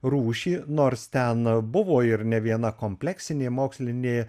rūšį nors ten buvo ir ne viena kompleksinė mokslinė